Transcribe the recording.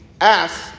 Ask